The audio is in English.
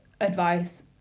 advice